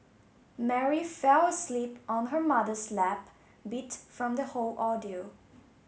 Mary fell asleep on her mother's lap beat from the whole ordeal